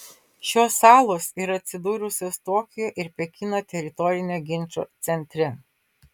šios salos yra atsidūrusios tokijo ir pekino teritorinio ginčo centre